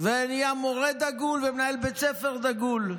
ונהיה מורה דגול ומנהל בית ספר דגול.